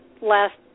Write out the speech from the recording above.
last